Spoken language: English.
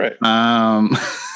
Right